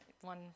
one